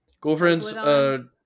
girlfriends